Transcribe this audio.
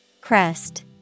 Crest